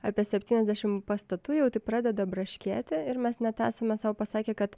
apie septyniasdešim pastatų jau pradeda braškėti ir mes net esame sau pasakę kad